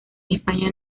españa